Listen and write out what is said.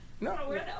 No